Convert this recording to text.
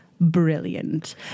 brilliant